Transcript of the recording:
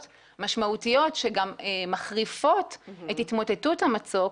משמעותיות שגם מחריפות את התמוטטות המצוק,